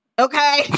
Okay